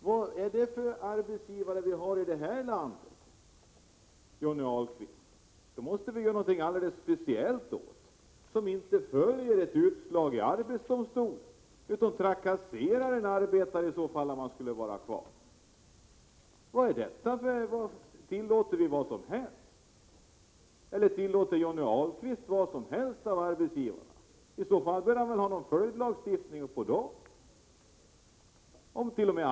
Vad är det för arbetsgivare vi har i det här landet, Johnny Ahlqvist? Vi måste göra något åt dem som inte följer ett utslag i arbetsdomstolen utan trakasserar en arbetare som vill vara kvar på sitt arbete. Tillåter Johnny Ahlqvist att arbetsgivarna gör vad som helst? I så fall måste det väl finnas någon lagstiftning som gäller dem, eftersomt.o.m.